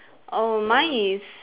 err mine is